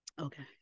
Okay